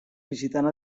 visitant